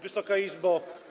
Wysoka Izbo!